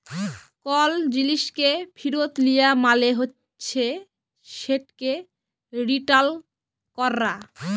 call জিলিসকে ফিরত লিয়া মালে হছে সেটকে রিটার্ল ক্যরা